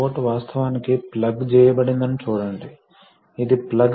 కాబట్టి మనకు కొన్ని డ్రైన్ లైన్లు అమర్చాల్సిన అవసరం ఉంటుంది